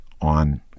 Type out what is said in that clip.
on